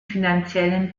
finanziellen